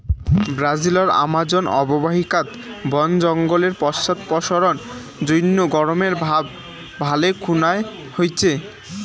ব্রাজিলর আমাজন অববাহিকাত বন জঙ্গলের পশ্চাদপসরণ জইন্যে গরমের ভাব ভালে খুনায় হইচে